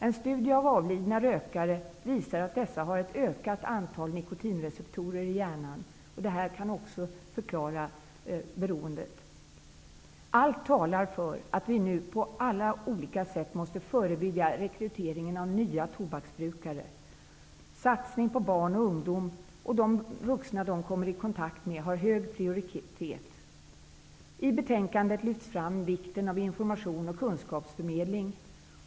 En studie av avlidna rökare visar att dessa har ett ökat antal nikotinreceptorer i hjärnan. Det kan förklara deras beroende. Allt talar för att vi nu på alla olika sätt måste förebygga rekryteringen av nya tobaksbrukare. Satsning på barn och ungdom och de vuxna de kommer i kontakt med har hög prioritet. I betänkandet lyfts fram vikten av information och kunskapsförmedling.